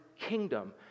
kingdom